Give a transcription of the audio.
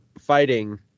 fighting